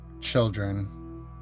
children